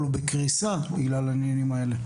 אבל הוא בקריסה בגלל העניינים האלה.